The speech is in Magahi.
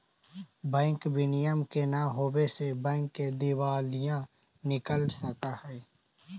बैंक विनियम के न होवे से बैंक के दिवालिया निकल सकऽ हइ